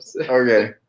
Okay